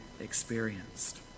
experienced